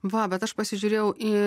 va bet aš pasižiūrėjau į